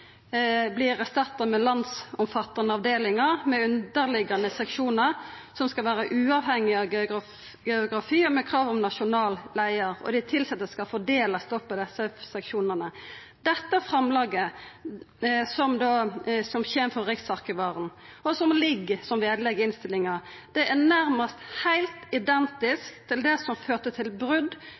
med landsomfattande avdelingar med underliggjande seksjonar som skal vera uavhengige av geografi, og med krav om nasjonal leiar. Dei tilsette skal fordelast på desse seksjonane. Dette framlegget som kjem frå riksarkivaren, og som ligg som vedlegg til innstillinga, er nærmast heilt identisk med det som førte til